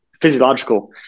physiological